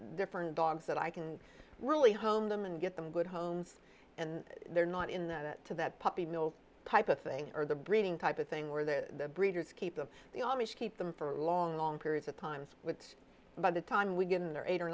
different dogs that i can really hone them and get them good homes and they're not in that to that puppy mill type of thing or the breeding type of thing where the breeders keep them the amish keep them for long long periods of time with by the time we get in their eight or